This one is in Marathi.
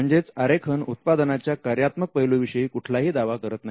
म्हणजेच आरेखन उत्पादनाच्या कार्यात्मक पैलूंविषयी कुठलाही दावा करत नाही